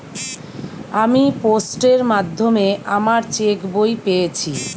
আমি পোস্টের মাধ্যমে আমার চেক বই পেয়েছি